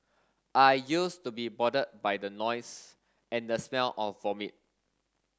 I used to be bothered by the noise and the smell of vomit